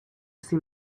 see